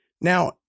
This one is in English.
Now